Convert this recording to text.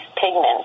pigment